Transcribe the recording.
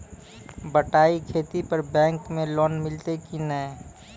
बटाई खेती पर बैंक मे लोन मिलतै कि नैय?